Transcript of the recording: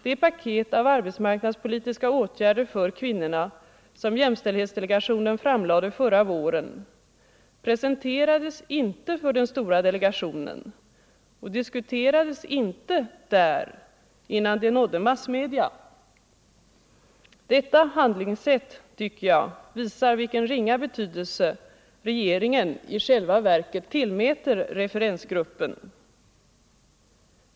Det paket av arbetsmarknadspolitiska åtgärder 33 för kvinnorna, som jämställdhetsdelegationen framlade förra våren, presenterades inte för den stora delegationen och diskuterades inte där innan det nådde massmedia. Detta handlingssätt visar vilken ringa betydelse regeringen i själva verket tillmäter referensgruppen.